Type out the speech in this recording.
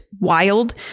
wild